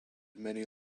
many